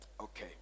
Okay